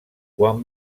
quan